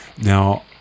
now